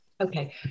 Okay